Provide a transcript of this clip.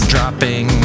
Dropping